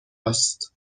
است